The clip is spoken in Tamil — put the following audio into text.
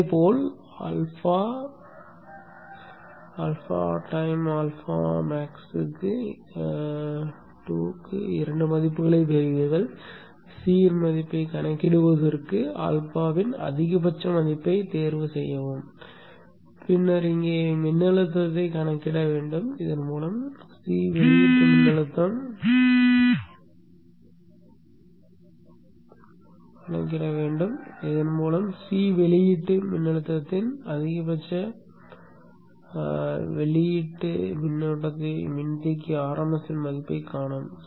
இதேபோல் ஆல்பா ஆல்ஃபா நிமிடம் ஆல்பா மேக்ஸுக்கு 2 மதிப்புகளைப் பெறுவீர்கள் C இன் மதிப்பைக் கணக்கிடுவதற்கு ஆல்பாவின் அதிகபட்ச மதிப்பைத் தேர்வுசெய்யவும் பின்னர் இங்கே நீங்கள் மின்னழுத்தத்தைக் கணக்கிட வேண்டும் இதன் மூலம் C வெளியீட்டு மின்னோட்டத்தின் அதிகபட்ச வெளியீட்டு மின்னோட்டத்தை மின்தேக்கி RMS மதிப்பைக் காணும்